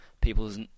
people's